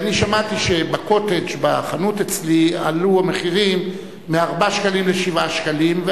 שמעתי שבחנות אצלי עלו המחירים של ה"קוטג'" מ-4 שקלים ל-7 שקלים,